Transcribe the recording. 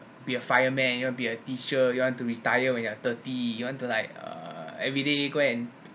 be a fireman and you want to be a teacher you want to retire when you're thirty you want to like uh everyday go and